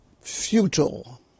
futile